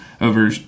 over